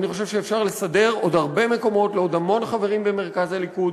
אני חושב שאפשר לסדר עוד הרבה מקומות לעוד המון חברים במרכז הליכוד